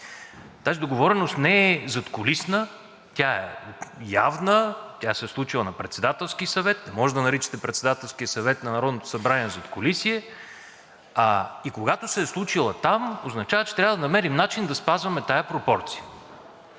Тази договореност не е задкулисна. Тя е явна, тя се е случила на Председателски съвет. Не може да наричате Председателския съвет на Народното събрание задкулисие. И когато се е случила там, означава, че трябва да намерим начин да спазваме тази пропорция.